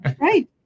Right